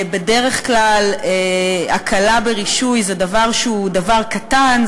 בדרך כלל הקלה ברישוי זה דבר שהוא דבר קטן,